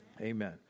Amen